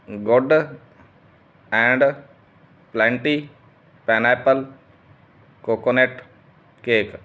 good and plenty pan apple coconut cake